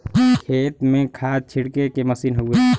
खेत में खाद छिड़के के मसीन हउवे